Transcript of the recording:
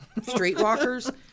streetwalkers